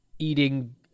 eating